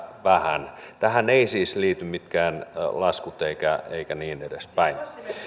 vähän tähän ei siis liity mitkään laskut eikä niin edespäin